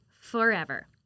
forever